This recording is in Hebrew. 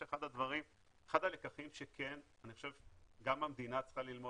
אחד הלקחים שאני חושב שגם המדינה צריכה ללמוד